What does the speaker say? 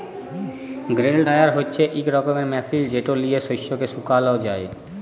grain dryer হছে ইক রকমের মেশিল যেট লিঁয়ে শস্যকে শুকাল যায়